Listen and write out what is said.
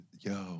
yo